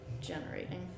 generating